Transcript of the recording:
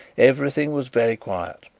everything was very quiet,